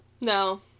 no